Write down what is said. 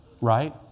Right